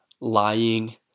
lying